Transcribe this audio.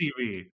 TV